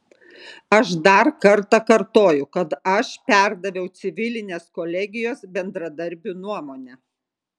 aš dar kartą kartoju kad aš perdaviau civilinės kolegijos bendradarbių nuomonę